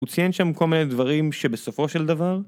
הוא ציין שם כל מיני דברים שבסופו של דבר